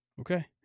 Okay